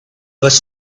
was